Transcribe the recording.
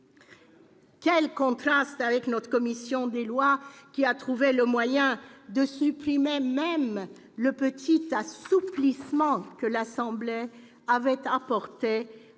Quel contraste avec notre commission des lois, qui a même trouvé le moyen de supprimer le petit assouplissement que l'Assemblée nationale avait apporté